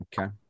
Okay